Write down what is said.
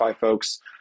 folks